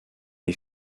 est